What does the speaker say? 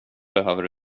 behöver